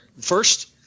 first